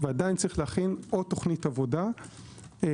ועדיין צריך להכין עוד תוכנית עבודה עבור